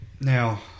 now